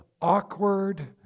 awkward